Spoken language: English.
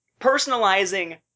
personalizing